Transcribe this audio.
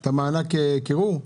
את המענק קירור?